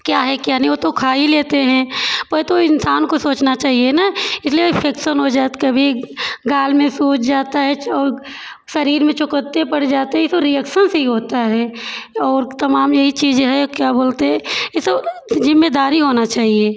क्या है क्या नहीं वो तो खा ही लेते हैं परतु इंसान को सोचना चाहिए ना इसलिए इंफेक्सन हो जात तो कभी गाल में सूज जाता है और शरीर में चोकत्ते पड़ जाते हैं ये तो रिएक्सन से ही होता है और तमाम यही चीज है क्या बोलते है ये सब जिम्मेदारी होना चाहिए